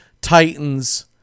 Titans